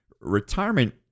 Retirement